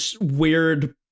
weird